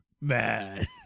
man